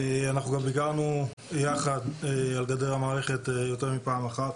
אנחנו גם ביקרנו יחד על גדר המערכת יותר מפעם אחת,